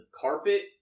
carpet